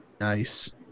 Nice